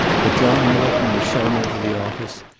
but john morton was shown into the office,